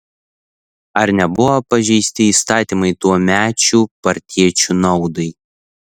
ar nebuvo pažeisti įstatymai tuomečių partiečių naudai